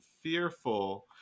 fearful